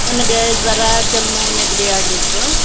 ನನಗೆ ಜ್ವರ ಕೆಮ್ಮು ನೆಗಡಿ ಆಗಿತ್ತು